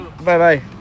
Bye-bye